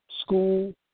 School